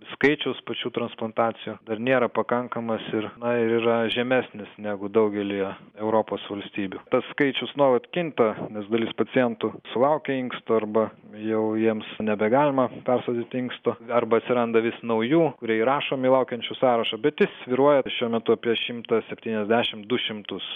skaičius pačių transplantacijų dar nėra pakankamas ir na ir yra žemesnis negu daugelyje europos valstybių tas skaičius nuolat kinta nes dalis pacientų sulaukia inksto arba jau jiems nebegalima persodinti inksto arba atsiranda vis naujų kurie įrašomi laukiančių sąrašo bet jis svyruoja šiuo metu apie šimtą septyniasdešim du šimtus